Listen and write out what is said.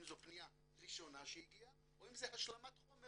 זו פנייה ראשונה שהגיעה או אם זה השלמת חומר